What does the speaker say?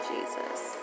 Jesus